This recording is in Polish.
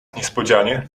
niespodzianie